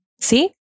See